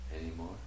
anymore